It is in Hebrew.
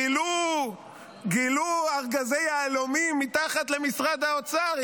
גילו ארגזי יהלומים מתחת למשרד האוצר,